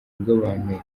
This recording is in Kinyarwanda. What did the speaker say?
bw’abantu